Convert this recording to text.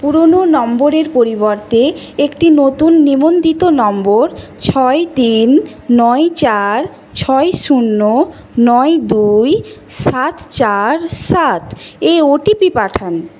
পুরোনো নম্বরের পরিবর্তে একটি নতুন নিবন্ধিত নম্বর ছয় তিন নয় চার ছয় শূন্য নয় দুই সাত চার সাত এ ওটিপি পাঠান